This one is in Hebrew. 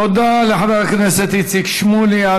תודה לחבר הכנסת איציק שמולי.